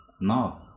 No